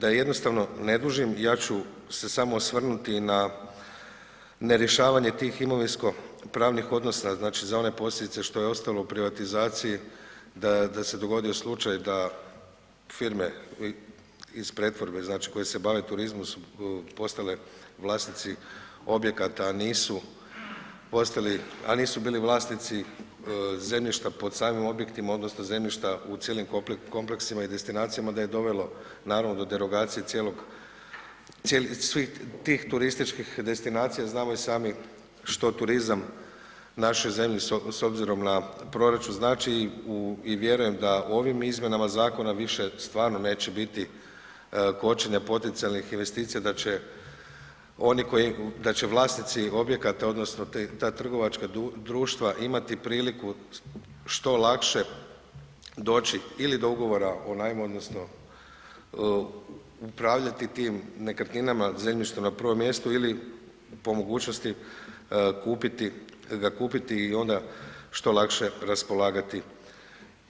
Da jednostavno ne dužim, ja ću se samo osvrnuti nerješavanje tih imovinsko-pravnih odnosa, znači za one posljedice što je ostalo u privatizaciji da se dogodio slučaj da firme iz pretvorbe, znači koje se bave turizmom su postale vlasnici objekata a nisu bili vlasnici zemljišta pod samim objektima odnosno zemljišta u cijelim kompleksima i destinacijama, da je dovelo naravno do derogacije svih tih turističkih destinacija, znamo i sami što turizam naše zemlje s obzirom na proračun znači i vjerujem da u ovim izmjenama zakona stvarno više stvarno neće biti kočenja potencijalnih investicija, da će vlasnici objekata odnosno ta trgovačka društva imati priliku što lakše doći ili do ugovora o najmu odnosno upravljati tim nekretninama zemljišta na prvom mjestu ili po mogućnosti ga kupiti i onda što lakše raspolagati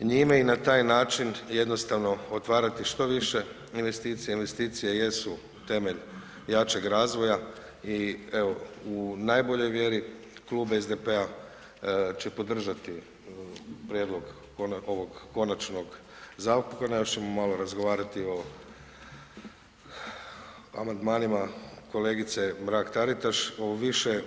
njime i na taj način jednostavno otvarati što više investicija, investicije jesu temelj jačeg razvoja i evo, u najboljoj vjeri klub SDP-a će podržati prijedlog ovog konačnog zakona, još ćemo malo razgovarati o amandmanima kolegice Mrak Taritaš uviše.